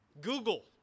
Google